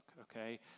okay